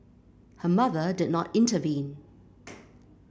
her mother did not intervene